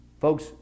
Folks